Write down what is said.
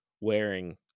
wearing